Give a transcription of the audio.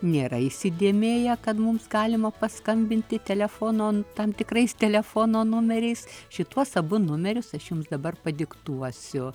nėra įsidėmėję kad mums galima paskambinti telefono tam tikrais telefono numeriais šituos abu numerius aš jums dabar padiktuosiu